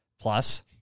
plus